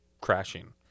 crashing